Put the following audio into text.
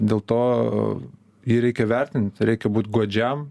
dėl to jį reikia vertint reikia būt godžiam